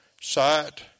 sight